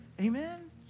Amen